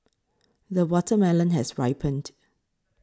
the watermelon has ripened